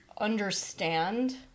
understand